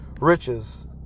riches